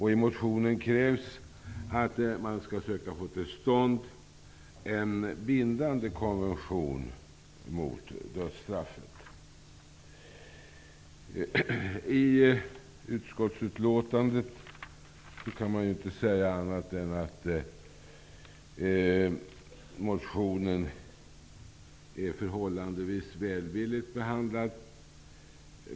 I motionen krävs att man skall söka få till stånd en bindande konvention mot dödsstraffet. I utskottsutlåtandet kan man inte säga annat än att motionen är förhållandevis välvilligt behandlad.